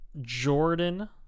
Jordan